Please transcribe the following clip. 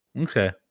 Okay